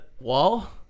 wall